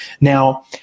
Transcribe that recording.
Now